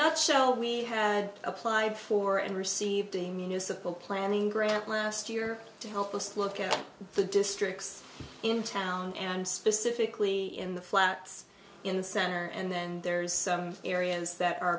nutshell we had applied for and received a musical planning grant last year to help us look at the districts in town and specifically in the flats in the center and then there's areas that are